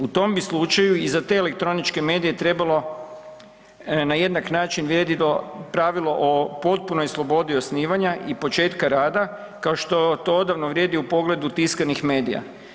U tom bi slučaju i za te elektroničke medije trebalo na jednak način vrijedilo pravilo o potpunoj slobodi osnivanja i početka rada, kao što to odavno vrijedi u pogledu tiskanih medija.